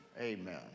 Amen